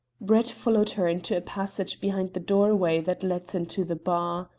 brett followed her into a passage behind the doorway that led into the bar.